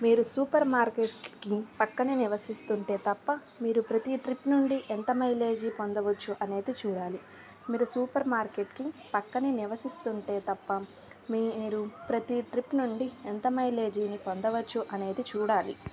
మీరు సూపర్ మార్కెట్కి పక్కనే నివసిస్తుంటే తప్ప మీరు ప్రతి ట్రిప్ నుండి ఎంత మైలేజీ పొందవచ్చు అనేది చూడాలి మీరు సూపర్ మార్కెట్కి పక్కనే నివసిస్తుంటే తప్ప మీరు ప్రతి ట్రిప్ నుండి ఎంత మైలేజీని పొందవచ్చు అనేది చూడాలి